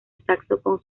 saxofón